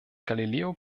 galileo